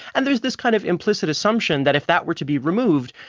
and there's this kind of implicit assumption that if that were to be removed,